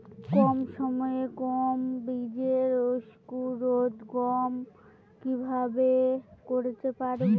কম সময়ে গম বীজের অঙ্কুরোদগম কিভাবে করতে পারব?